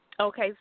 Okay